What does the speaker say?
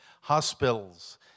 hospitals